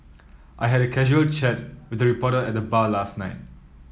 I had a casual chat with a reporter at the bar last night